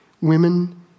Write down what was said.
women